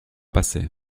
passer